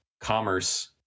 commerce